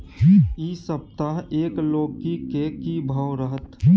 इ सप्ताह एक लौकी के की भाव रहत?